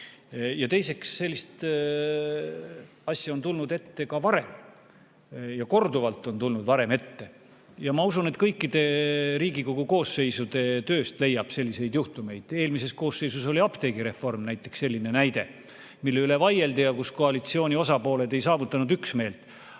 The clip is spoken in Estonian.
teiseks, sellist asja on tulnud ette ka varem, korduvalt on tulnud varem ette. Ma usun, et kõikide Riigikogu koosseisude tööst leiab selliseid juhtumeid. Eelmises koosseisus oli apteegireform näiteks selline, mille üle vaieldi ja kus koalitsiooni osapooled ei saavutanud üksmeelt.